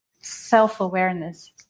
self-awareness